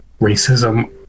racism